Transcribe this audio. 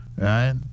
right